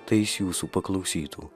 tai jis jūsų paklausytų